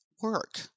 work